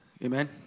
Amen